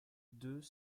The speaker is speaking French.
deux